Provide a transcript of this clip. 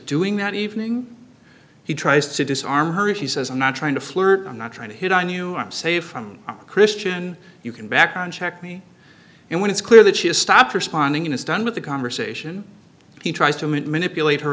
doing that evening he tries to disarm her and she says i'm not trying to flirt i'm not trying to hit on you i'm safe from christian you can background check me and when it's clear that she has stopped responding in a stern with a conversation he tries to meet manipulate her